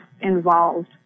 involved